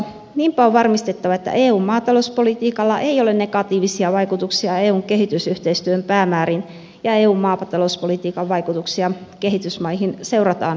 niinpä on varmistettava että eun maatalouspolitiikalla ei ole negatiivisia vaikutuksia eun kehitysyhteistyön päämääriin ja eun maatalouspolitiikan vaikutuksia kehitysmaihin seurataan systemaattisesti